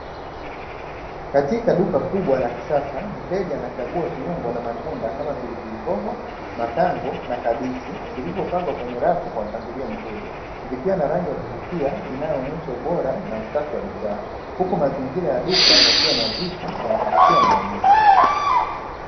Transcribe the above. Katika duka kubwa la kisasa mteja anachagua viungo na matunda kama pilipili hoho, matango na kabichi vilivyopangwa kwenye rafu kwa mpangilio mzuri vikiwa na rangi ya kuvutia inayoonyesha ubora na usafi wa bidhaa, huku mazingira ya duka yakiwa nadhifu nayakuvutia manunuzi.